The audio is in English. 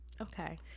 okay